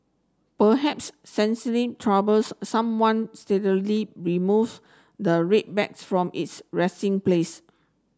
perhaps troubles someone removes the red bag from its resting place